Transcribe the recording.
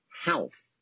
health